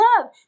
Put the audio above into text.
love